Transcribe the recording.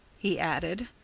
he added,